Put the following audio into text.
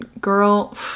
Girl